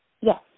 Yes